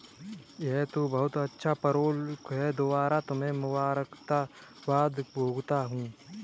यह तो बहुत अच्छा पेरोल है दोबारा तुम्हें मुबारकबाद भेजता हूं